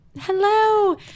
hello